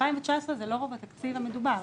ב-2019 זה לא רוב התקציב המדובר.